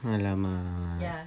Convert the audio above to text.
!alamak!